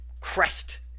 crest